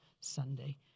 Sunday